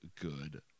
good